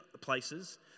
places